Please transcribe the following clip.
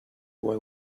boy